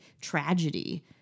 tragedy